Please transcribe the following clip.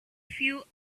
few